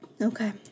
Okay